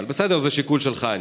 אבל בסדר, זה שיקול שלך.